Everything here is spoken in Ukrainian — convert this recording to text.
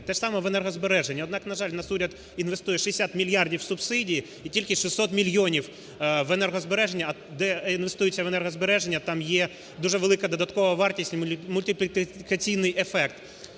те ж саме в енергозбереженні. Однак, на жаль, у нас уряд інвестує 60 мільярдів субсидій і тільки 600 мільйонів в енергозбереження. Де інвестуються в енергозбереження, там є дуже велика додаткова вартість, мультиплікаційний ефект.